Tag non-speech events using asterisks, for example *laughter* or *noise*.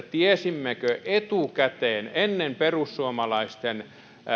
*unintelligible* tiesimmekö etukäteen ennen perussuomalaisten